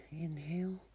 Inhale